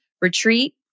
retreat